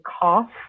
cough